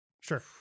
sure